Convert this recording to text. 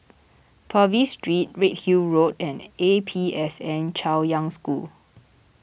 Purvis Street Redhill Road and A P S N Chaoyang School